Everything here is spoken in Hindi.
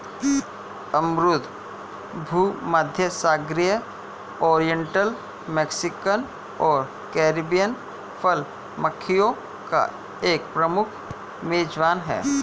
अमरूद भूमध्यसागरीय, ओरिएंटल, मैक्सिकन और कैरिबियन फल मक्खियों का एक प्रमुख मेजबान है